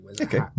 Okay